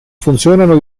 funzionano